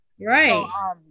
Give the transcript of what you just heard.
right